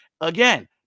Again